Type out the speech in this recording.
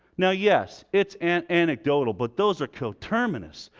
now, yes, it's and anecdotal but those are coterminous.